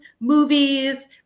movies